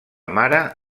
mare